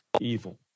evil